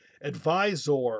Advisor